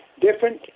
different